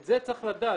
את זה צריך לדעת.